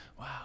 Wow